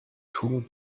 tugend